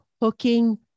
hooking